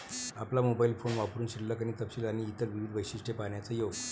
आपला mobile phone वापरुन शिल्लक आणि तपशील आणि इतर विविध वैशिष्ट्ये पाहण्याचा योग